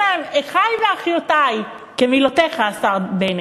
אתם אומרים להם: אחי ואחיותי, כמילותיך, השר בנט,